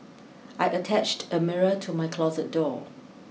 I attached a mirror to my closet door